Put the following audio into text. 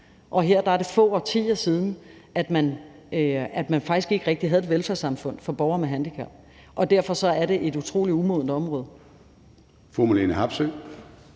og her er det få årtier siden, at man faktisk ikke rigtig havde et velfærdssamfund for borgere med handicap. Derfor er det et utrolig umodent område.